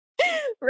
right